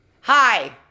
Hi